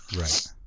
Right